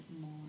more